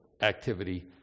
activity